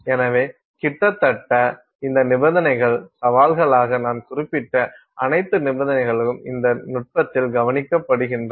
எனவே கிட்டத்தட்ட இந்த நிபந்தனைகள் சவால்களாக நான் குறிப்பிட்ட அனைத்து நிபந்தனைகளும் இந்த நுட்பத்தில் கவனிக்கப்பட்டுள்ளன